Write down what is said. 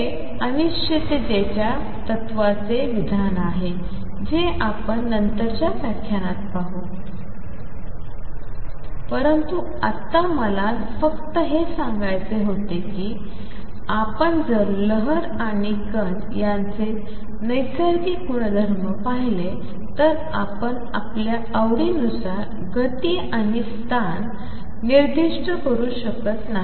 हे अनिश्चिततेच्या तत्त्वाचे विधान आहे जे आपण नंतरच्या व्याख्यानात पाहू परंतु आत्ता मला फक्त हे सांगायचे होते की आपण जर लहर आणि कण यांचे नैसार्गिक गुणधर्म पाहिले तर आपण आपल्या आवडीनुसार गती आणि स्थान निर्दिष्ट करू शकत नाही